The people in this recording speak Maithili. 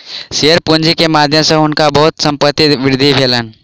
शेयर पूंजी के माध्यम सॅ हुनका बहुत संपत्तिक वृद्धि भेलैन